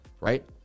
right